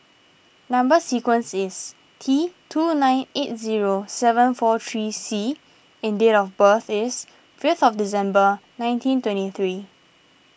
Number Sequence is T two nine eight zero seven four three C and date of birth is fifth December nineteen twenty three